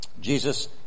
Jesus